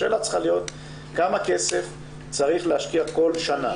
השאלה צריכה להיות כמה כסף צריך להשקיע כל שנה.